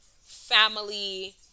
family